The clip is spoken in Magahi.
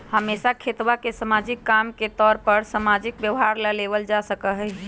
हमेशा खेतवा के सामाजिक काम के तौर पर सामाजिक व्यवहार ला लेवल जा सका हई